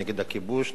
נגד הכיבוש,